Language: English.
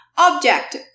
object